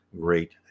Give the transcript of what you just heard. great